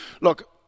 Look